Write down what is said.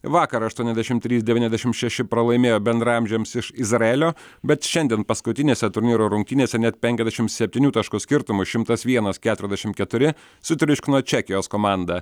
vakar aštuoniasdešim trys devyniasdešim šeši pralaimėjo bendraamžiams iš izraelio bet šiandien paskutinėse turnyro rungtynėse net penkiasdešim septynių taškų skirtumu šimtas vienas keturiasdešimt keturi sutriuškino čekijos komandą